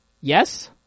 Yes